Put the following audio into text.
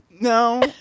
No